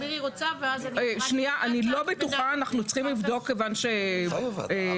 הוא צריך לבוא ולדווח לוועדה.